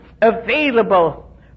available